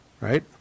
right